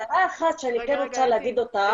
הערה אחת שאני כן רוצה להגיד אותה,